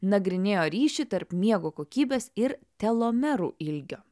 nagrinėjo ryšį tarp miego kokybės ir telomerų ilgio